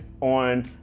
on